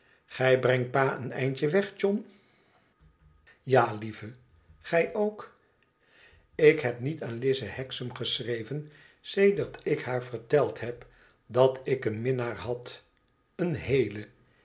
gij brengt pa een eindje weg john ja lieve gij ook lik heb niet aan lize hexam geschreven sedert ik haar verteld heb dat ik een minnaar had een heelen